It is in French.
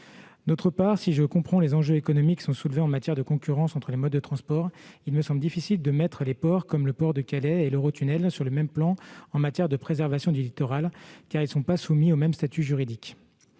Ensuite, si je comprends les enjeux économiques soulevés en matière de concurrence entre les modes de transport, il me semble difficile de mettre les ports, comme le port de Calais, et Eurotunnel sur le même plan en matière de préservation du littoral, dans la mesure où ils ne sont pas soumis au même statut juridique.